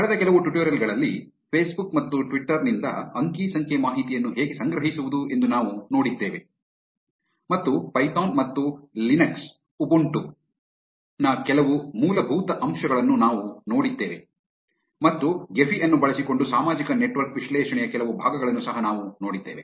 ಕಳೆದ ಕೆಲವು ಟ್ಯುಟೋರಿಯಲ್ ಗಳಲ್ಲಿ ಫೇಸ್ ಬುಕ್ ಮತ್ತು ಟ್ವಿಟ್ಟರ್ ನಿಂದ ಅಂಕಿ ಸಂಖ್ಯೆ ಮಾಹಿತಿಯನ್ನು ಹೇಗೆ ಸಂಗ್ರಹಿಸುವುದು ಎಂದು ನಾವು ನೋಡಿದ್ದೇವೆ ಮತ್ತು ಪೈಥಾನ್ ಮತ್ತು ಲಿನಕ್ಸ್ ಉಬುಂಟು Linux - Ubuntu ನ ಕೆಲವು ಮೂಲಭೂತ ಅಂಶಗಳನ್ನು ನಾವು ನೋಡಿದ್ದೇವೆ ಮತ್ತು ಗೆಫಿ ಅನ್ನು ಬಳಸಿಕೊಂಡು ಸಾಮಾಜಿಕ ನೆಟ್ವರ್ಕ್ ವಿಶ್ಲೇಷಣೆಯ ಕೆಲವು ಭಾಗಗಳನ್ನು ಸಹ ನಾವು ನೋಡಿದ್ದೇವೆ